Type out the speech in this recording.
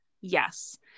yes